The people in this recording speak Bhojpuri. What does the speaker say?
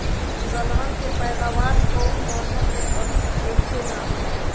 दलहन के पैदावार कउन मौसम में अधिक होखेला?